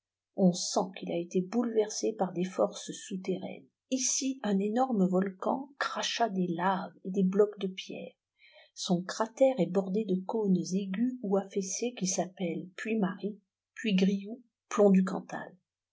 on sent qu'il a été bouleversé par des forces souterraines ici un énorme volcan cracha des laves et des blocs de pierres son cratère est bordé de cônes aigus ou affaissés qui s'appellent puy mary puy griou plomb du cantal